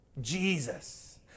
Jesus